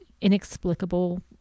inexplicable